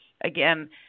again